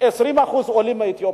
20% עולים מאתיופיה,